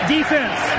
Defense